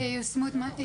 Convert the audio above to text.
מורכב.